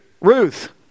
Ruth